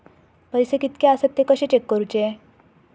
पैसे कीतके आसत ते कशे चेक करूचे?